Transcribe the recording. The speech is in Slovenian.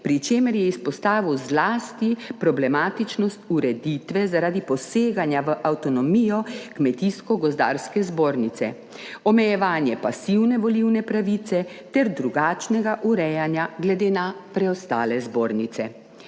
pri čemer je izpostavil zlasti problematičnost ureditve zaradi poseganja v avtonomijo Kmetijsko gozdarske zbornice, omejevanja pasivne volilne pravice ter drugačnega urejanja glede na preostale zbornice.